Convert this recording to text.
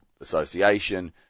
association